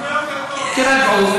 תירגעו,